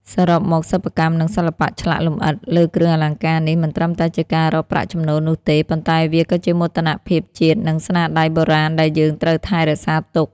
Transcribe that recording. សរុបមកសិប្បកម្ម និងសិល្បៈឆ្លាក់លម្អិតលើគ្រឿងអលង្ការនេះមិនត្រឺមតែជាការរកប្រាក់ចំណូលនោះទេ ប៉ុន្តែវាក៏ជាមោទនភាពជាតិនិងស្នាដៃបុរាណដែលយើងត្រូវថែរក្សាទុក។